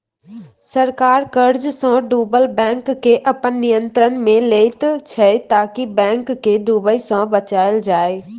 सरकार कर्जसँ डुबल बैंककेँ अपन नियंत्रणमे लैत छै ताकि बैंक केँ डुबय सँ बचाएल जाइ